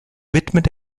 widmet